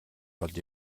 болж